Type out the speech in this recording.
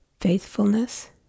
faithfulness